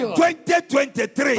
2023